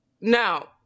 Now